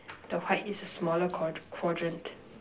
the white is a smaller qua~ quadrant